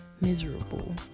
miserable